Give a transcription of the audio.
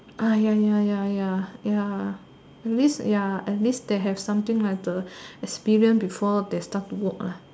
ah ya ya ya ya ya at least ya at least they have something like the experience before they start to work lah